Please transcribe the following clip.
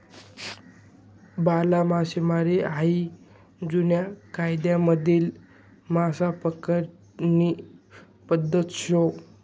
भाला मासामारी हायी जुना कायमाधली मासा पकडानी पद्धत शे